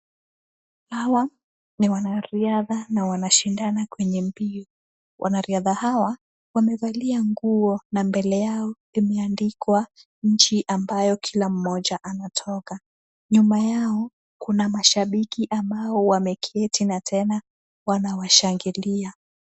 Hawa ni wanariadha na wanashindana kwenye mbio. Wanariadha hawa wamevalia nguo, na mbele yao imeandikwa nchi ambayo kila mmoja anatoka. Nyuma yao kuna mashabiki ambao wameketi na tena wanawashangilia.